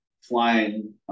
flying